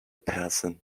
person